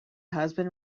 husband